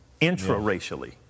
intra-racially